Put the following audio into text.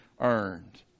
earned